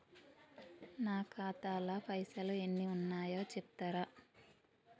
నా ఖాతా లా పైసల్ ఎన్ని ఉన్నాయో చెప్తరా?